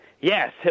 Yes